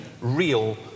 real